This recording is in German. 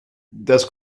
das